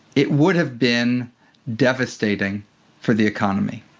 it would have been devastating for the economy.